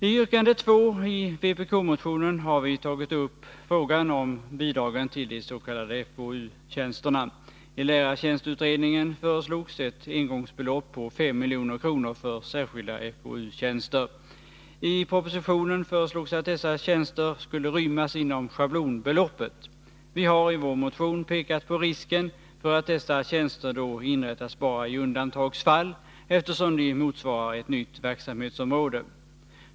I yrkande 2 i vpk-motionen har vi tagit upp frågan om bidragen till de s.k. FoU-tjänsterna. I lärartjänstutredningens betänkande föreslogs ett engångsbelopp på 5 milj.kr. för särskilda FoU-tjänster. I propositionen föreslogs att dessa tjänster skulle rymmas inom schablonbeloppet. Vi har i vår motion pekat på risken för att dessa tjänster då inrättas bara i undantagsfall, eftersom de motsvarar ett nytt verksamhetsområde.